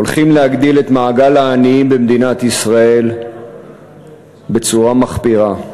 הולכים להגדיל את מעגל העניים במדינת ישראל בצורה מחפירה.